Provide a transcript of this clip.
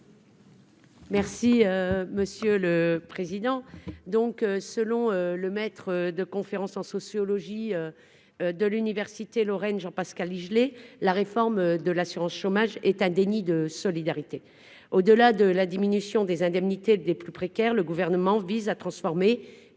Merci monsieur le président, donc, selon le maître de conférences en sociologie de l'Université Lorraine Jean Pascal il gelait la réforme de l'assurance chômage est un déni de solidarité au au-delà de la diminution des indemnités des plus précaires, le gouvernement vise à transformer